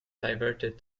diverted